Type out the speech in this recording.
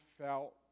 felt